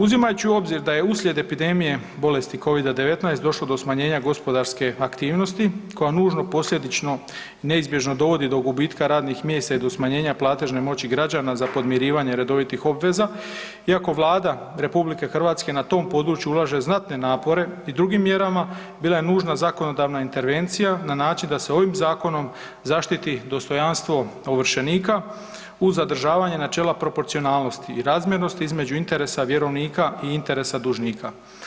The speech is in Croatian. Uzimaju u obzir da je uslijed epidemije bolesti Covida-19 došlo do smanjenja gospodarske aktivnosti koja nužno posljedično i neizbježno dovodi do gubitka radnih mjesta i do smanjenja platežne moći građana za podmirivanje redovitih obveza iako Vlada RH na tom području ulaže znatne napore i drugim mjerama bila je nužna zakonodavna intervencija na način da se ovim zakonom zaštiti dostojanstvo ovršenika uz zadržavanje načela proporcionalnosti i razmjernosti između interesa vjerovnika i interesa dužnika.